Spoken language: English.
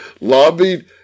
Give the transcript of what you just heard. lobbied